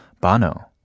Bono